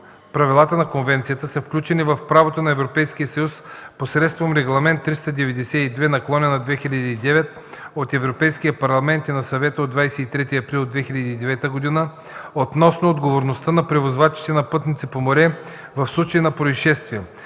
правилата на конвенцията са включени в правото на Европейския съюз посредством Регламент (ЕО) № 392/2009 на Европейския парламент и на Съвета от 23 април 2009 г. относно отговорността на превозвачите на пътници по море в случай на произшествия.